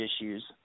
issues